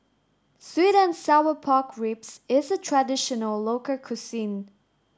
sweet and sour pork ribs is a traditional local cuisine